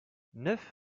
neuf